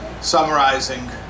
summarizing